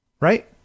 Right